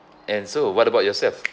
and so what about yourself